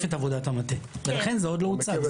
את עבודת המטה ולכן זה עוד לא הוצג.